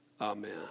Amen